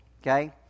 Okay